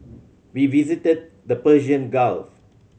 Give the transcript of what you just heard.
we visited the Persian Gulf